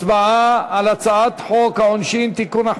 הצבעה על הצעת חוק העונשין (תיקון,